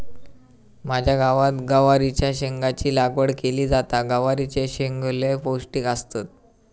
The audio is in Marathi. माझ्या गावात गवारीच्या शेंगाची लागवड केली जाता, गवारीचे शेंगो लय पौष्टिक असतत